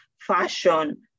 fashion